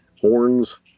horns